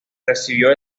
recibió